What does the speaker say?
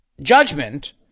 judgment